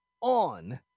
on